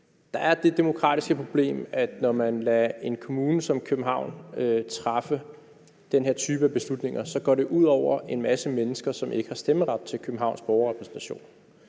Der er det demokratiske problem, at når man lader en kommune som København træffe den her type beslutninger, så går det ud over en masse mennesker, som ikke har stemmeret til Københavns Borgerrepræsentation.